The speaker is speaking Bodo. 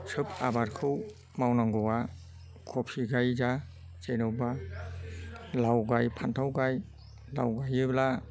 सोब आबादखौ मावनांगौआ क'फि गाय जा जेन'बा लाव गाय फान्थाव गाय लाव गायोब्ला